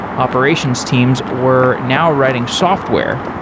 operations teams were now writing software,